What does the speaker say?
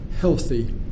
healthy